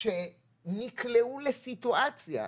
שנקלעו לסיטואציה,